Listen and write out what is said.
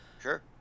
sure